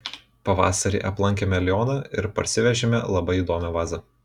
pavasarį aplankėme lioną ir parsivežėme labai įdomią vazą